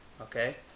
okay